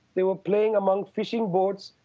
they were playing among fishing boats.